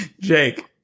Jake